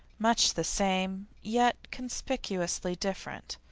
much the same, yet conspicuously different.